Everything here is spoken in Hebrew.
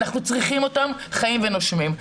אנחנו צריכים אותם חיים ונושמים.